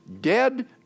dead